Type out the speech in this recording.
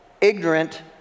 ignorant